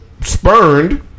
spurned